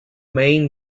main